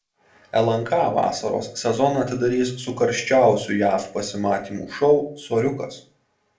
lnk vasaros sezoną atidarys su karščiausiu jav pasimatymų šou soriukas